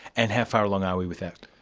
and how far along are we with that?